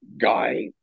guy